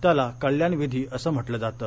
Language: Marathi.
त्याला कल्याणविधी असं म्हटलं जातं